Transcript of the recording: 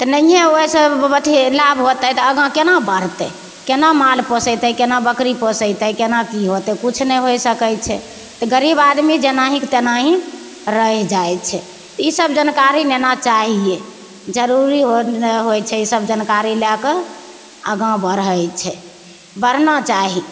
नहिए ओहिसे ब अथी लाभ होतै तऽ आगाँ कोना बढ़तै कोना माल पोसेतै कोना बकरी पोसेतै कोना कि होतै किछु नहि होइ सकै छै गरीब आदमी जेनाके तेनाहि रहि जाइ छै ईसब जानकारी लेना चाहिए जरूरी हो नहि होइ छै ईसब जानकारी लैके आगाँ बढ़ै छै बढ़ना चाही